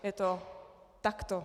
Je to takto.